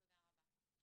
תודה רבה.